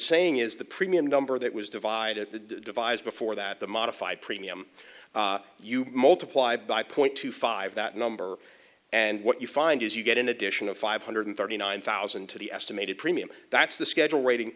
saying is the premium number that was divided the devise before that the modified premium you multiply by point two five that number and what you find is you get an additional five hundred thirty nine thousand to the estimated premium that's the schedule rating